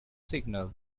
signal